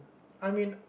I mean